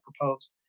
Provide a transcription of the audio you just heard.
proposed